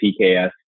PKS